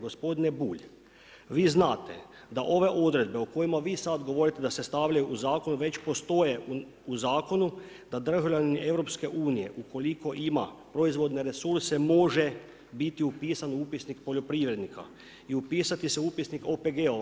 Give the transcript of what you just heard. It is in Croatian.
Gospodine Bulj, vi znate da ove odredbe o kojima vi sada govorite da se stavljaju u zakon već postoje u zakonu da državljani EU ukoliko ima proizvodne resurse može biti upisan u upisnik poljoprivrednika i upisati se u upisnik OPG-ova.